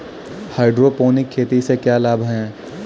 Hydroponic खेती से क्या लाभ हैं?